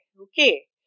okay